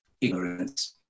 ignorance